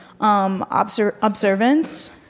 observance